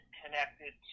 connected